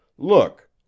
Look